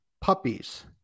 puppies